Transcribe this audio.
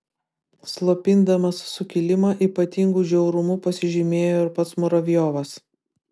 slopindamas sukilimą ypatingu žiaurumu pasižymėjo ir pats muravjovas